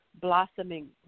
blossoming